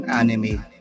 anime